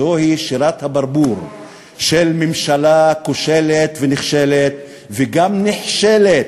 זוהי שירת הברבור של ממשלה כושלת ונכשלת וגם נחשלת,